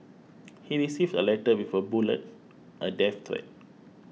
he received a letter with a bullet a death threat